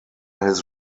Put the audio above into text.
his